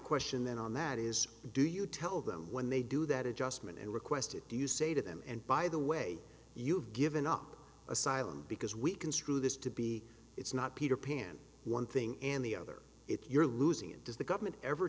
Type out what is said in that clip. question then on that is do you tell them when they do that adjustment and request it do you say to them and by the way you've given up asylum because we construe this to be it's not peter pan one thing and the other if you're losing it does the government ever